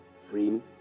frame